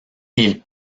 ils